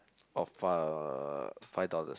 or five dollars